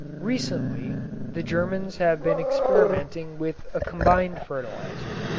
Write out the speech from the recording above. recently the germans have been experimenting with a combined fertilizer,